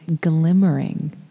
glimmering